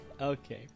Okay